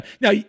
Now